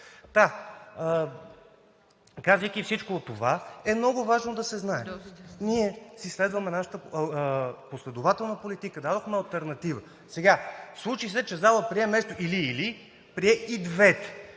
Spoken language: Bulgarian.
Казвайки всичко това, е много важно да се знае. Ние си следваме нашата последователна политика – дадохме алтернатива. Сега, случи се, че залата прие вместо или/или, прие и двете.